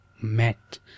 met